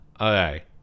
okay